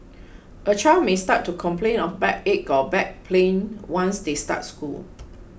a child may start to complain of backache or back pain once they start school